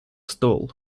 стол